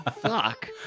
Fuck